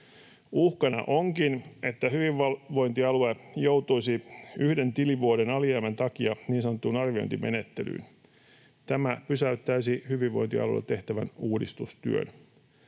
Uhkana onkin, että hyvinvointialue joutuisi yhden tilivuoden alijäämän takia niin sanottuun arviointimenettelyyn. Tämä pysäyttäisi hyvinvointialueella tehtävän uudistustyön.